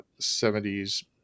70s